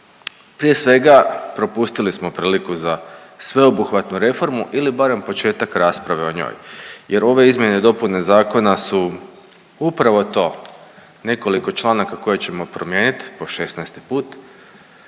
Prije svega propustili smo priliku za sveobuhvatnu reformu ili barem početak rasprave o njoj, jer ove izmjene i dopune zakona su upravo to nekoliko članaka koje ćemo promijeniti po šesnaesti